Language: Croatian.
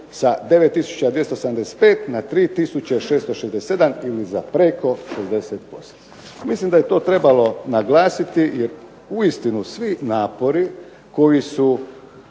na 3 tisuće 667, ili za preko 60%. Mislim da je to trebalo naglasiti jer uistinu svi napori koji su